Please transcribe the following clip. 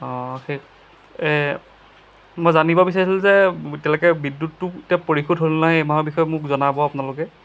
অঁ সেই মই জানিব বিচাৰিছিলোঁ যে এতিয়ালৈকে বিদ্যুৎটো এতিয়া পৰিশোধ হ'ল নাই এইমাহৰ বিষয়ে মোক জনাব আপোনালোকে